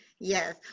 yes